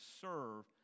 serve